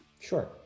Sure